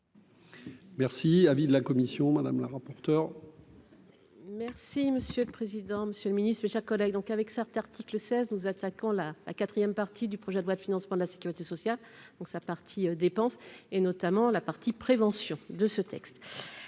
Merci, avis de la commission madame la rapporteure. Merci monsieur le président, Monsieur le Ministre, mes chers collègues, donc, avec certains articles 16 nos attaquants là la 4ème partie du projet de loi de financement de la Sécurité Sociale donc sa partie dépenses et notamment la partie prévention de ce texte